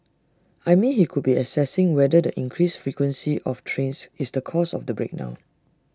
I mean he could be assessing whether the increased frequency of trains is the cause of the break down